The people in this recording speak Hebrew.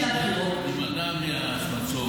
היה צריך לפני שנת בחירות,